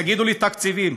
יגידו לי: תקציבים,